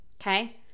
okay